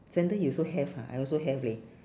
sandal you also have ah I also have leh